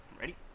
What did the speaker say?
ready